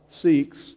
seeks